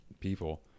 people